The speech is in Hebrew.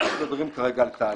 אנחנו מדברים כרגע על תהליך.